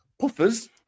Puffers